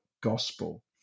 gospel